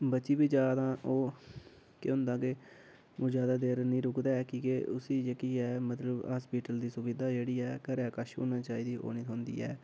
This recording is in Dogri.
बची बी जा तां ओह् केह् होंदा केह् ओह् जादा देर नीं रुकदा ऐ की के उसी जेह्की ऐ मतलब हास्पिटल दी सुविधा जेह्ड़ी ऐ घरै कश होनी चाहिदी ऐ ओह् नीं थ्होंदी ऐ